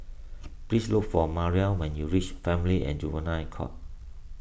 please look for Maria when you reach Family and Juvenile Court